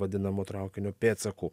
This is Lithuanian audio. vadinamo traukinio pėdsakų